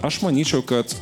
aš manyčiau kad